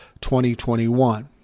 2021